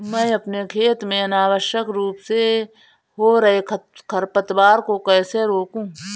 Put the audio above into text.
मैं अपने खेत में अनावश्यक रूप से हो रहे खरपतवार को कैसे रोकूं?